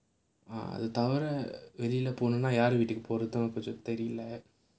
அது தவிர வெளில போணும்னா யாரு வீட்டுக்கு போறதுன்னு தெரில அப்புறமா:adhu thavira velila ponumnaa yaaru veetukku porathunu therila appuramaa